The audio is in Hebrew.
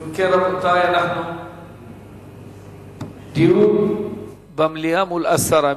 אם כן, רבותי, דיון במליאה מול הסרה.